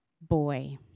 boy